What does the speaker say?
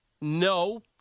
No